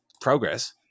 progress